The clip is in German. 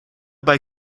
bei